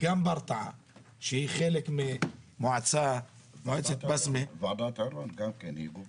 גם ברטעה שהיא חלק ממועצת בסמה -- גם ועדת עירון גובלת.